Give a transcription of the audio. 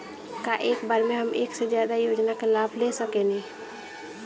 का एक बार में हम एक से ज्यादा योजना का लाभ ले सकेनी?